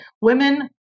Women